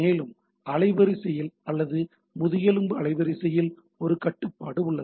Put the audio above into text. மேலும் அலைவரிசையில் அல்லது முதுகெலும்பு அலைவரிசையில் ஒரு கட்டுப்பாடு உள்ளது